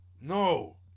No